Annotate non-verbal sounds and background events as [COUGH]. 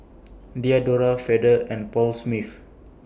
[NOISE] Diadora Feather and Paul Smith